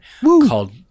Called